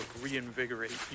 reinvigorate